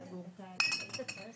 אני מבין שאתה צריך